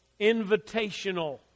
invitational